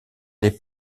les